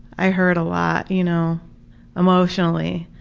i hurt a lot you know emotionally.